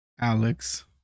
Alex